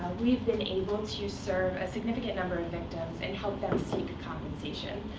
we've been able to serve a significant number of victims, and help them seek compensation,